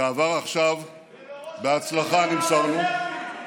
שעבר עכשיו בהצלחה, נמסרנו,